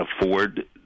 afford